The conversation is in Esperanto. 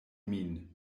min